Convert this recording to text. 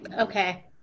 Okay